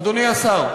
השר,